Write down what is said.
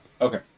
Okay